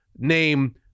name